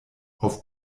auf